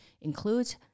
includes